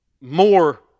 More